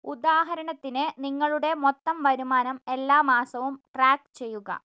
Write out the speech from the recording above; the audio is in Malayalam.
ഉദാഹരണത്തിന് നിങ്ങളുടെ മൊത്തം വരുമാനം എല്ലാ മാസവും ട്രാക്ക് ചെയ്യുക